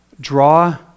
draw